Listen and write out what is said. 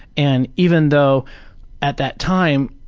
and even though at that time,